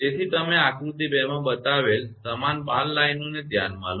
તેથી તમે આકૃતિ 2 માં બતાવેલ સમાન 12 લાઇનોને ધ્યાનમાં લો